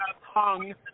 hung